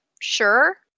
sure